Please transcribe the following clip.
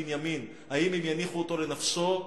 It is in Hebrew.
בנימין: אם הם יניחו אותו לנפשו,